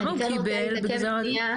כמה הוא קיבל בגזר הדין?